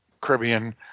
Caribbean